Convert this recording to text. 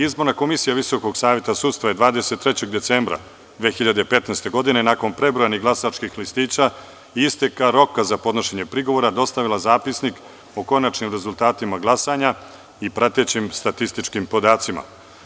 Izborna komisija VSS je 23. decembra 2015. godine, nakon prebrojanih glasačkih listića i isteka roka za podnošenje prigovora, dostavila zapisnik o konačnim rezultatima glasanja i pratećim statističkim podacima.